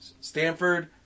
Stanford